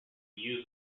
use